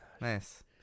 Nice